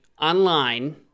online